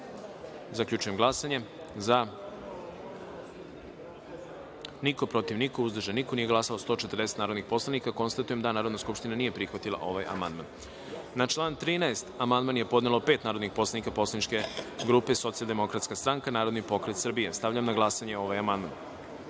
saopštavam: za – niko, protiv – niko, uzdržanih – nema, nije glasalo 140 narodnih poslanika. Konstatujem da Narodna skupština nije prihvatila ovaj amandman. Na član 9. amandman je podnelo pet narodnih poslanika Poslaničke grupe Socijaldemokratska stranka, Narodni pokret Srbije. Stavljam na glasanje ovaj